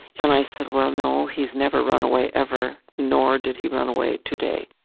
and i said, well no, he's never run away ever, nor did he run away today.